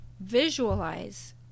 Visualize